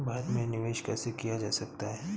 भारत में निवेश कैसे किया जा सकता है?